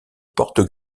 porte